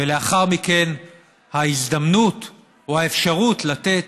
ולאחר מכן ההזדמנות או האפשרות לתת